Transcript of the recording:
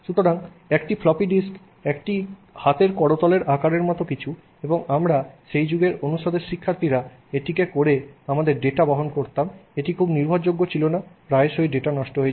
সুতরাং একটি floppy disk একটি হাতের করতলের আকারের মত কিছু এবং আমরা সেই যুগের অনুষদের শিক্ষার্থীরা এটিতে করে আমাদের ডেটা বহন করতাম এটি খুব নির্ভরযোগ্য ছিল না প্রায়শই ডেটা নষ্ট হয়ে যেত